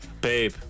Babe